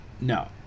No